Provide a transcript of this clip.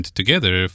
together